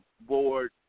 board